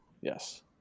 Yes